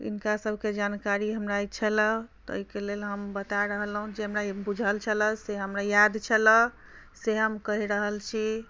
हिनका सबके जानकारी हमरा छलऽ ताहि के लेल हम बता रहलहुँ जे हमरा ई बुझल छलै से हमरा याद छलऽ से हम कहि रहल छी